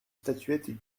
statuette